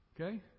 Okay